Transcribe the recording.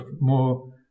more